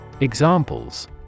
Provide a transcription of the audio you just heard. Examples